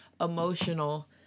emotional